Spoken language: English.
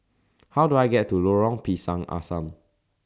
How Do I get to Lorong Pisang Asam